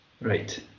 Right